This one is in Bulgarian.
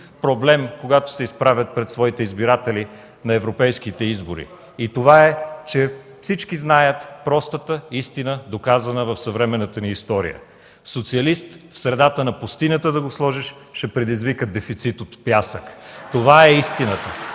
проблем, когато се изправят пред своите избиратели на европейските избори. Всички знаят простата истина, доказана в съвременната ни история: социалист в средата на пустинята да го сложиш, ще предизвика дефицит от пясък. (Шум и реплики.